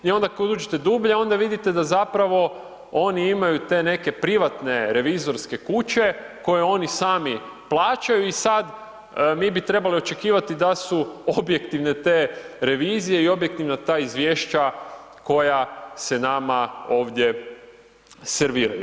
I onda kada uđete dublje, onda vidite, da zapravo oni imaju te neke privatne revizorske kuće, koji oni sami plaćaju i sada mi bi trebali očekivati da su objektivne te revizije i objektivna ta izvješća koja se nama ovdje serviraju.